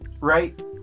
right